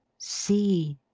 see!